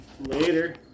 Later